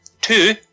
Two